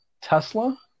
Tesla